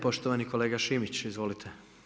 Poštovani kolega Šimić, izvolite.